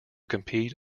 compete